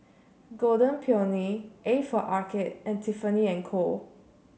Golden Peony A for Arcade and Tiffany And Co